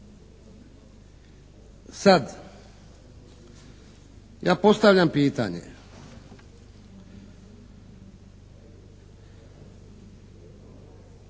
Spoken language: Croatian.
Sad ja postavljam pitanje.